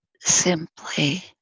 simply